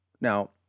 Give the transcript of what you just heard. Now